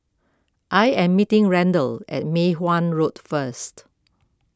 I am meeting Randal at Mei Hwan Road first